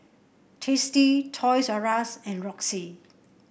Tasty Toys R Us and Roxy